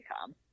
come